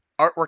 artwork